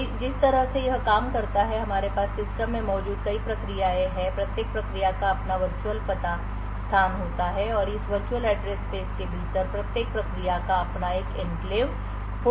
तो जिस तरह से यह काम करता है कि हमारे पास सिस्टम में मौजूद कई प्रक्रियाएं हैं प्रत्येक प्रक्रिया का अपना वर्चुअल पता स्थान होता है और इस वर्चुअल एड्रेस स्पेस के भीतर प्रत्येक प्रक्रिया का अपना एक एन्क्लेव हो सकता है